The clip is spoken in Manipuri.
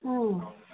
ꯑꯥ